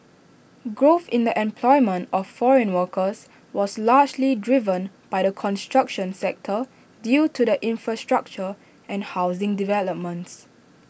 growth in the employment of foreign workers was largely driven by the construction sector due to the infrastructure and housing developments